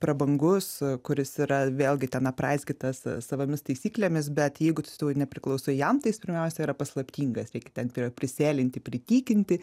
prabangus kuris yra vėlgi ten apraizgytas savomis taisyklėmis bet jeigu tu nepriklausai jam tai jis pirmiausia yra paslaptingas reikia ten prie jo prisėlinti pritykinti